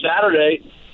Saturday